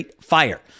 Fire